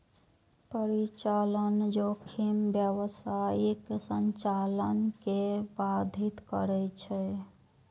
परिचालन जोखिम व्यावसायिक संचालन कें बाधित करै छै